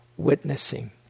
witnessing